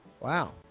Wow